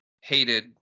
hated